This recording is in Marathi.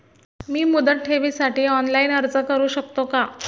मी मुदत ठेवीसाठी ऑनलाइन अर्ज करू शकतो का?